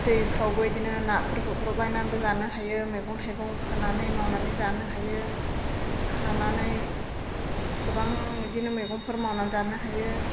दैफ्रावबो बेदिनो नाफोर गुरब्रब बायनाबो जानो हायो मैगं थाइगं फोनानै मावनानै जानो हायो खानानै गोबां बेदिनो मैगंफोर मावना जानो हायो